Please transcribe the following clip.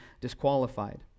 disqualified